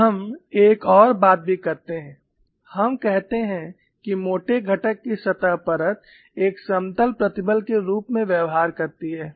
और हम एक और बात भी करते हैं हम कहते हैं कि मोटे घटक की सतह परत एक समतल प्रतिबल के रूप में व्यवहार करती है